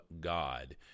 God